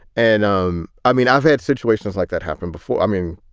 and um i mean, i've had situations like that happen before. i mean,